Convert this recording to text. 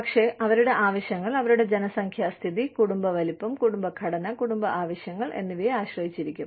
പക്ഷേ അവരുടെ ആവശ്യങ്ങൾ അവരുടെ ജനസംഖ്യാ സ്ഥിതി കുടുംബ വലുപ്പം കുടുംബ ഘടന കുടുംബ ആവശ്യങ്ങൾ എന്നിവയെ ആശ്രയിച്ചിരിക്കും